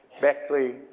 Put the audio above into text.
Beckley